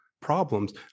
problems